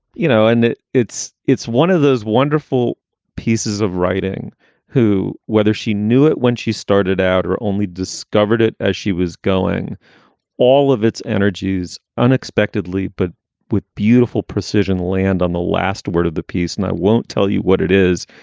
you know, and it's it's one of those wonderful pieces of writing who whether she knew it when she started out or only discovered it as she was going all of its energies unexpectedly, but with beautiful precision land on the last word of the piece. and i won't tell you what it is,